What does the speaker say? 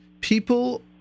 People